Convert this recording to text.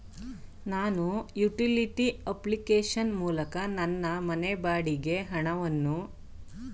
ನಾನು utility application ಮೂಲಕ ನನ್ನ ಮನೆ ಬಾಡಿಗೆ ಹಣವನ್ನು ಪಾವತಿಸಬಹುದೇ?